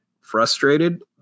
frustrated